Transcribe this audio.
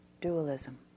dualism